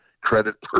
credit